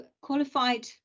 qualified